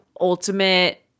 ultimate